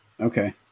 okay